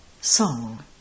Song